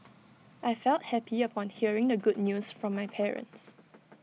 I felt happy upon hearing the good news from my parents